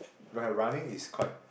okay running is quite